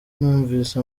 numvise